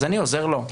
אז אני עוזר לו.